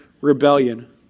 rebellion